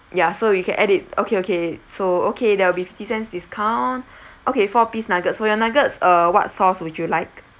ya so you can add it okay okay so okay there will be fifty cents discount okay four piece nuggets foo your nuggets uh what sauce would you like